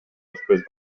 després